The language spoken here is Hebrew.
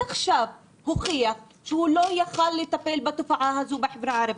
עכשיו הוכיח שהוא לא יכול היה לטפל בפשיעה בחברה הערבית.